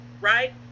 right